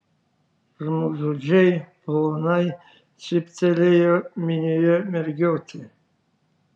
žmogžudžiai plonai cyptelėjo minioje mergiotė